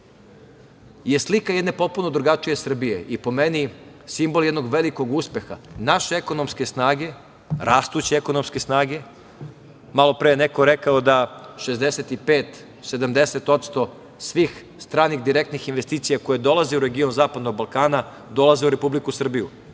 je slika jedne potpuno drugačije Srbije i po meni simbol jednog velikog uspeha, naše ekonomske snage, rastuće ekonomske snage. Malopre je neko rekao da 65%, 70% svih stranih direktnih investicija koje dolaze u region zapadnog Balkana, dolaze u Republiku Srbiju.